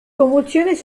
convulsiones